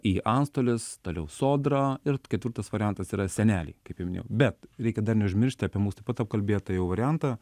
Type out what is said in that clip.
į antstolius toliau sodra ir ketvirtas variantas yra seneliai kaip jau minėjau bet reikia dar neužmiršti apie mūsų taip pat apkalbėtą jau variantą